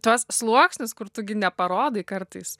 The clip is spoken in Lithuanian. tuos sluoksnius kur tu gi neparodai kartais